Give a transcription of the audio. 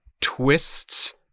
twists